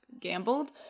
gambled